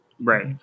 Right